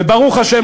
וברוך השם,